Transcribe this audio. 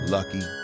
Lucky